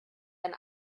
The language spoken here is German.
ein